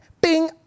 bing